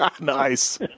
Nice